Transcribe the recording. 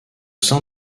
sein